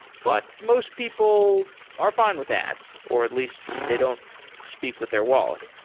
but most people are fine with ads, or at least they don't speak with their wallet.